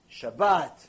Shabbat